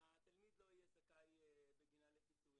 התלמיד לא יהיה זכאי בגלל הפיצוי.